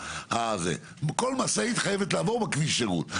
כל משאית חייבת לעבור בכביש שרות,